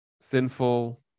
sinful